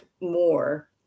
more